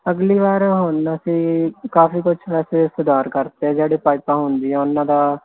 ਅਗਲੀ ਵਾਰ ਹੁਣ ਅਸੀਂ ਕਾਫ਼ੀ ਕੁਛ ਵੈਸੇ ਸੁਧਾਰ ਕਰ ਦਿੱਤੇ ਜਿਹੜੇ ਪਾਈਪਾਂ ਹੁੰਦੀਆਂ ਉਹਨਾਂ ਦਾ